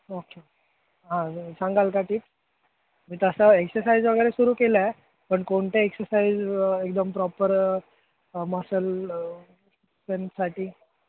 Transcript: okay हां सांगाल का की मी तसं एक्सरसाइज वगैरे सुरू केला आहे पण कोणते एक्सरसाइज एकदम प्रॉपर मसल स्टेंथसाठी